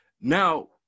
Now